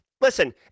listen